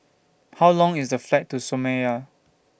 How Long IS The Flight to Somalia